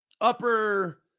upper